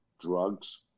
drugs